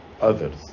others